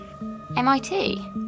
MIT